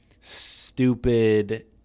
stupid